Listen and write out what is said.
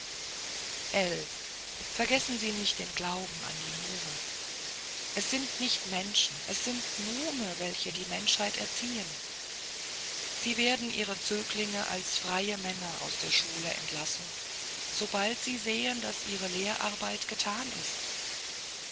vergessen sie nicht den glauben an die nume es sind nicht menschen es sind nume welche die menschheit erziehen sie werden ihre zöglinge als freie männer aus der schule entlassen sobald sie sehen daß ihre lehrarbeit getan ist